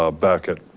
ah back it,